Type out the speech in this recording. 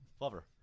Lover